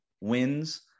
wins